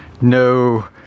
No